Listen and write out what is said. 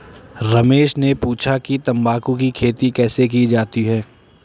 रमेश ने पूछा कि तंबाकू की खेती कैसे की जाती है?